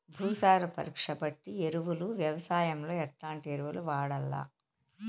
భూసార పరీక్ష బట్టి ఎరువులు వ్యవసాయంలో ఎట్లాంటి ఎరువులు వాడల్ల?